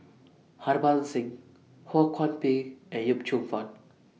Harbans Singh Ho Kwon Ping and Yip Cheong Fun